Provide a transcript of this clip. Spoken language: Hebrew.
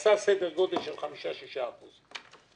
עשה סדר גודל של חמישה-שישה אחוז,